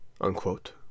unquote